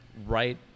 right